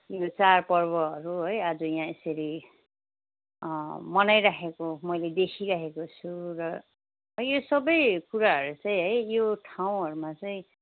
चाडपर्वहरू है अझ यहाँ यसरी मनाइराखेको मैले देखिराखेको छु र यो सबै कुराहरू चाहिँ है यो ठाउँहरूमा चाहिँ